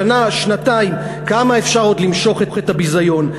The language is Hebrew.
שנה, שנתיים, כמה אפשר עוד למשוך את הביזיון?